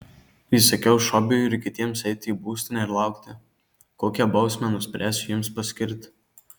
įsakiau šobiui ir kitiems eiti į būstinę ir laukti kokią bausmę nuspręsiu jiems paskirti